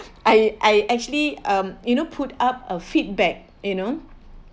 I I actually um you know put up a feedback you know